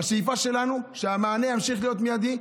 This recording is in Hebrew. השאיפה שלנו היא שהמענה ימשיך להיות מיידי.